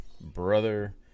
brother